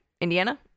indiana